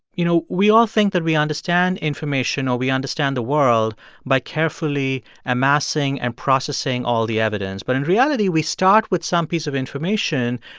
you know, we all think that we understand information, or we understand the world by carefully amassing and processing all the evidence. but in reality, we start with some piece of information,